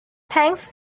thanks